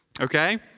okay